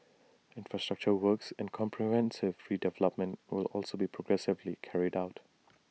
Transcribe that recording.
infrastructure works and comprehensive redevelopment will also be progressively carried out